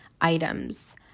items